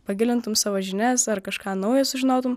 pagilintum savo žinias ar kažką naujo sužinotum